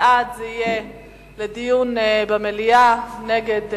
בעד, דיון במליאה, נגד,